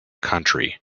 country